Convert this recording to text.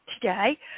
today